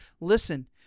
Listen